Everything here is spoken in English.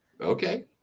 okay